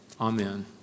Amen